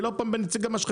אני לא פה כנציג המשחטות,